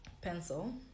pencil